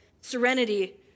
serenity